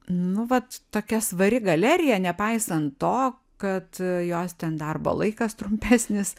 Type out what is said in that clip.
nu vat tokia svari galerija nepaisant to kad jos ten darbo laikas trumpesnis